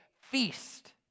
feast